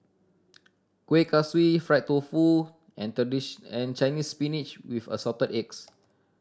Kuih Kaswi fried tofu and Chinese Spinach with Assorted Eggs